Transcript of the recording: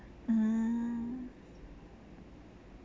mm